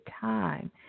time